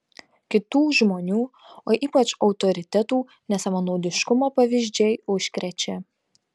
kitų žmonių o ypač autoritetų nesavanaudiškumo pavyzdžiai užkrečia